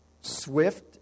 swift